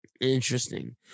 Interesting